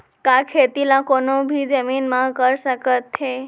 का खेती ला कोनो भी जमीन म कर सकथे?